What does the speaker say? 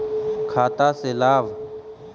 खाता से लाभ?